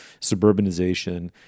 suburbanization